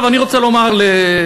אני רוצה לומר לידידי,